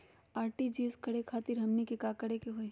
RTGS करे खातीर हमनी के का करे के हो ई?